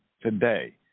today